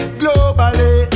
globally